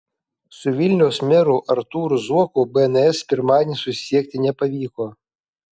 su vilniaus meru artūru zuoku bns pirmadienį susisiekti nepavyko